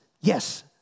yes